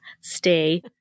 stay